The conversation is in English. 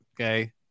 Okay